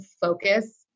focus